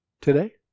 today